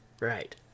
right